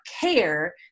care